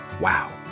Wow